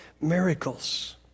miracles